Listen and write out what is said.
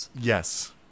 Yes